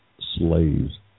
slaves